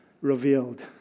revealed